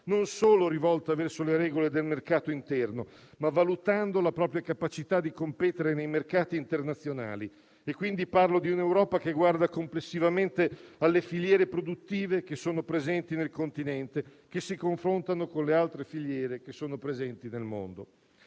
non solo rivolto verso le regole del mercato interno, ma valutando la propria capacità di competere nei mercati internazionali. Parlo quindi di un'Europa che guarda complessivamente alle filiere produttive che sono presenti nel continente, che si confrontano con le altre filiere presenti nel mondo.